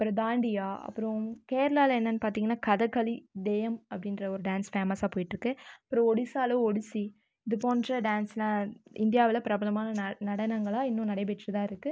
அப்புறம் தாண்டியா அப்புறம் கேரளால என்னன்னு பார்த்தீங்கனா கதகளி தேயம் அப்படின்ற ஒரு டேன்ஸ் ஃபேமஸ்ஸாக போய்ட்ருக்குது அப்புறம் ஒடிசாவில ஒடிசி இது போன்ற டேன்ஸ்லாம் இந்தியாவில் பிரபலமான நட நடனங்களாக இன்னும் நடைபெற்று தான் இருக்குது